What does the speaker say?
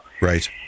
Right